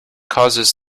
causes